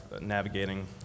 navigating